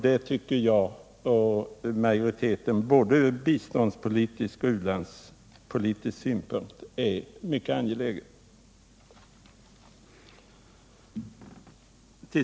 Det tycker jag och majoriteten är från biståndspolitisk och u-landspolitisk synpunkt mycket angeläget.